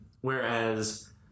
whereas